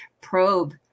probe